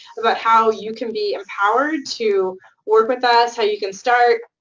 about how you can be empowered to work with us, how you can start,